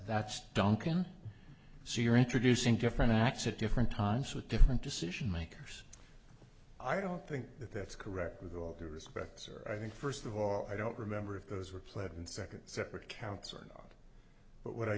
that's duncan so you're introducing different acts a different times with different decision makers i don't think that that's correct with all due respect sir i think first of all i don't remember if those were played and second separate accounts or god but what i